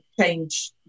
change